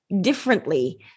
differently